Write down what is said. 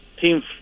team